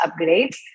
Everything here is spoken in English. upgrades